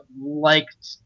liked